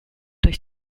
durch